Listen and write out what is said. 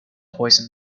poison